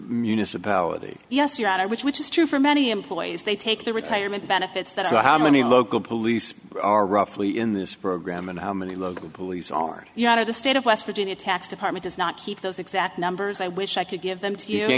municipality yes you are which which is true for many employees they take their retirement benefits that's how many local police are roughly in this program and how many local police are you know out of the state of west virginia tax department does not keep those exact numbers i wish i could give them